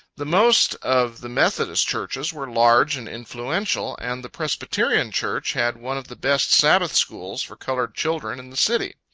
the most of the methodist churches were large and influential and the presbyterian church had one of the best sabbath schools for colored children in the city.